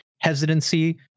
hesitancy